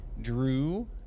Drew